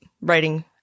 writing